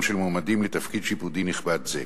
של מועמדים לתפקיד שיפוטי נכבד זה.